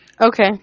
Okay